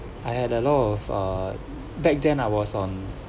I had a lot of uh back then I was on